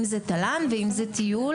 אם זה תל"ן ואם זה טיול